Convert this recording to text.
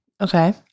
okay